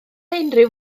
unrhyw